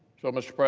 so, mr. but